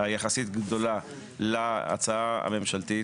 היחסית גדולה להצעה הממשלתית,